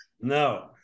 No